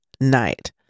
night